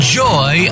joy